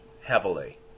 heavily